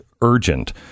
urgent